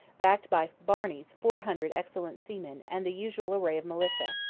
backed by barney's four hundred excellent seamen and the usual array of militia,